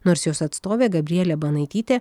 nors jos atstovė gabrielė banaitytė